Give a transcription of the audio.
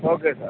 okay sir